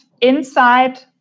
inside